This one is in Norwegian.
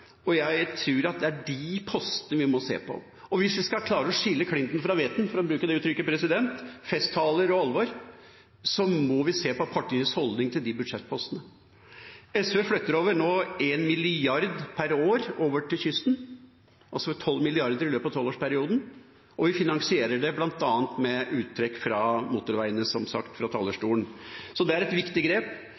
og jeg tror at det er de postene vi må se på. Og hvis vi skal klare å skille klinten fra hveten, for å bruke det uttrykket, skille festtaler og alvor, må vi se på partiets holdning til de budsjettpostene. SV flytter nå over 1 mrd. kr per år over til kysten, altså over 12 mrd. kr i løpet av tolvårsperioden, og vi finansierer det bl.a. med uttrekk fra motorveiene, som sagt fra talerstolen. Så det er et viktig grep.